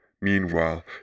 Meanwhile